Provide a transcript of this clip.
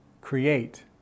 create